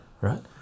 right